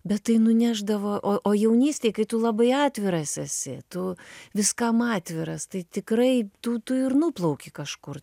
bet tai nunešdavo o o jaunystėj kai tu labai atviras esi tu viskam atviras tai tikrai tu tu ir nuplauki kažkur